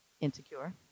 Insecure